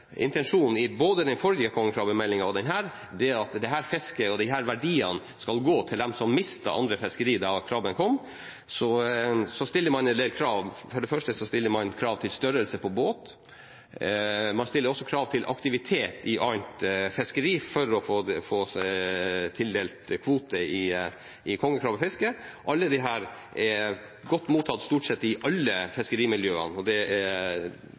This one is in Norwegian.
intensjonen både i den forrige kongekrabbemeldingen og i denne, skal fisket og verdiene gå til dem som har mistet andre fiskerier da krabben kom. Man stiller en del krav. For det første stiller man krav til størrelse på båt. Man stiller også krav til aktivitet i annet fiskeri for å få tildelt kvote i kongekrabbefisket. Alle disse er godt mottatt i stort sett alle fiskerimiljøene, og det er